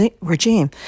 regime